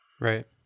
Right